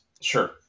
sure